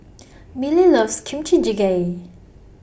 Milly loves Kimchi Jjigae